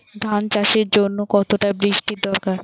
ধান চাষের জন্য কতটা বৃষ্টির দরকার?